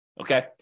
okay